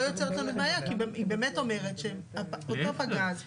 יוצרת לנו בעיה כי היא באמת אומרת שאותו פגז --- חברים,